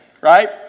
Right